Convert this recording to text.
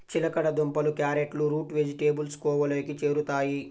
చిలకడ దుంపలు, క్యారెట్లు రూట్ వెజిటేబుల్స్ కోవలోకి చేరుతాయి